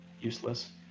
useless